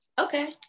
okay